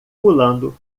pulando